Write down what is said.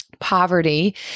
Poverty